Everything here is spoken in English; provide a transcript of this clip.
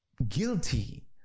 guilty